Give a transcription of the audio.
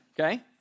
okay